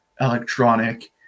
electronic